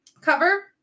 cover